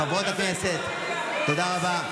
חברות הכנסת, תודה רבה.